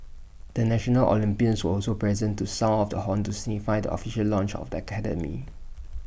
the national Olympians were also present to sound off the horn to signify the official launch of the academy